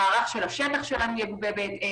המערך של השטח שלנו יגובה בהתאם,